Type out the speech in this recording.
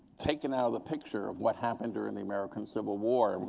taken out of the picture of what happened during the american civil war.